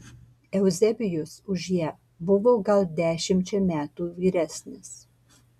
euzebijus už ją buvo gal dešimčia metų vyresnis